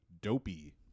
Dopey